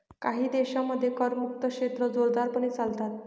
काही देशांमध्ये करमुक्त क्षेत्रे जोरदारपणे चालतात